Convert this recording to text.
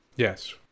Yes